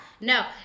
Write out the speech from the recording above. No